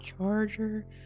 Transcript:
charger